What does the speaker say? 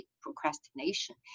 procrastination